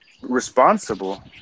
responsible